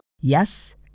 Yes